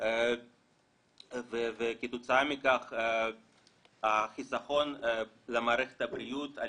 וכתוצאה מכך החיסכון למערכת הבריאות על